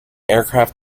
aircraft